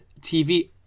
TV